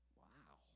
wow